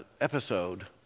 episode